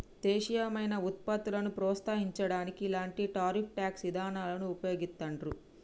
దేశీయమైన వుత్పత్తులను ప్రోత్సహించడానికి ఇలాంటి టారిఫ్ ట్యేక్స్ ఇదానాలను వుపయోగిత్తండ్రు